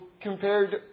compared